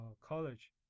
college